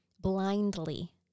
blindly